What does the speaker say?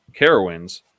carowinds